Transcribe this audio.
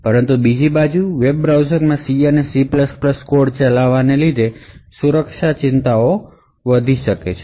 પરંતુ બીજી બાજુ વેબ બ્રાઉઝરમાં C અને C કોડ ચલાવવાને લીધે મોટી સુરક્ષાની ચિંતાઓ પરિણમી શકે છે